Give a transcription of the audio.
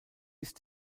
ist